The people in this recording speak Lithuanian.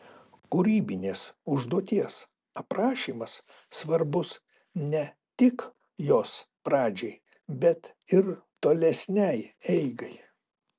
kūrybinės užduoties aprašymas svarbus ne tik jos pradžiai bet ir tolesnei eigai